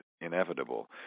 inevitable